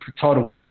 title